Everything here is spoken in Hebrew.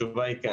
התשובה היא כן